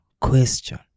question